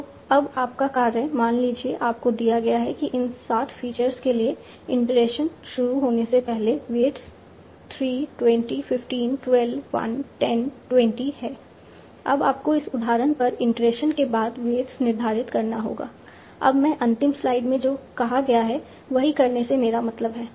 तो अब आपका कार्य मान लीजिए आपको दिया गया है कि इन 7 फीचर्स के लिए इटरेशन शुरू होने से पहले वेट्स 3 20 15 12 1 10 20 हैं अब आपको इस उदाहरण पर इटरेशन के बाद वेट्स निर्धारित करना होगा अब मैं अंतिम स्लाइड में जो कहा गया था वही करने से मेरा क्या मतलब है